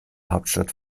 hauptstadt